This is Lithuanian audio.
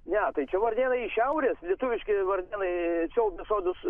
ne tai čia varnėnai iš šiaurės lietuviški varnėnai siaubia sodus